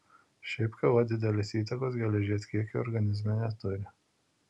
šiaip kava didelės įtakos geležies kiekiui organizme neturi